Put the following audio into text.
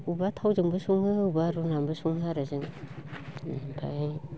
अबबा थावजों सङो अबावबा रुनानैबो सङो आरो जों इनिफाय